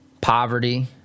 poverty